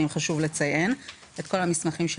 חשוב לציין שהוא לקח מאיתנו את כל המסמכים של